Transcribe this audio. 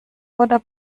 oder